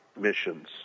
missions